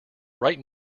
right